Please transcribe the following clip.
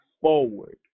forward